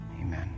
Amen